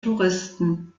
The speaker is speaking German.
touristen